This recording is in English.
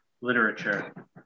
literature